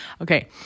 Okay